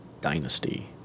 Dynasty